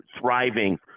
thriving